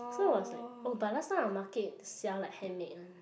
so I was like oh but last time the market sell like handmade one